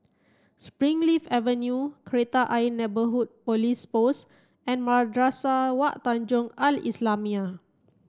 Springleaf Avenue Kreta Ayer Neighbourhood Police Post and Madrasah Wak Tanjong Al islamiah